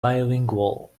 bilingual